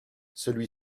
celui